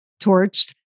Torched